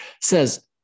says